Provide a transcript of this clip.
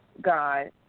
god